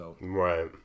Right